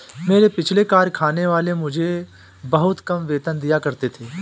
मेरे पिछले कारखाने वाले मुझे बहुत कम वेतन दिया करते थे